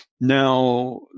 Now